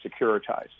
securitized